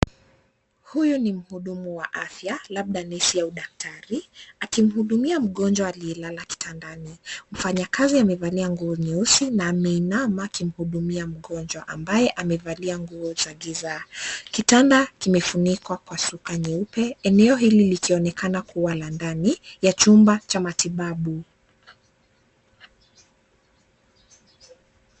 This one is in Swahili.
Huyu ni mhudumu wa afya labda nesi au daktari, akimhudumia mgonjwa aliyelala kitandani. Mfanyakazi amevalia nguo nyeusi na ameinama akimhudumia mgonjwa ambaye amevalia nguo za giza. Kitanda kimefunikwa kwa shuka nyeupe, eneo hili likionekana kuwa la ndani ya chumba cha matibabu.